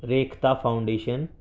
Rekhta foundation